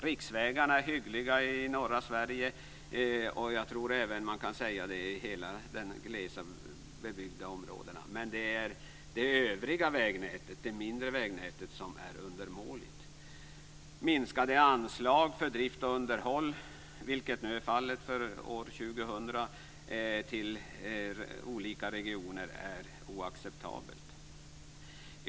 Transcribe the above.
Riksvägarna är hyggliga i norra Sverige och jag tror att man kan säga att det gäller som helhet i de glest bebyggda områdena. Det övriga vägnätet, det mindre vägnätet, är dock undermåligt. Minskade anslag för drift och underhåll, vilket är fallet för år 2000, till olika regioner är oacceptabelt.